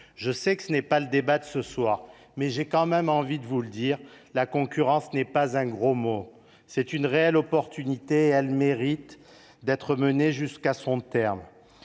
Je sais que tel n’est pas le débat de ce soir, mais j’ai tout de même envie de vous le dire : la concurrence n’est pas un gros mot ; c’est une réelle chance, et elle mérite d’être menée jusqu’à son terme.